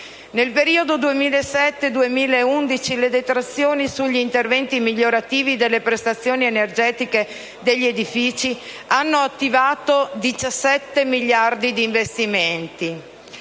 Nel periodo 2007-2011, le detrazioni sugli interventi migliorativi delle prestazioni energetiche degli edifici hanno attivato 17 miliardi di investimenti.